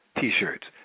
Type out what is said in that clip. T-shirts